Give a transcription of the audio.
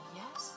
yes